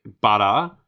butter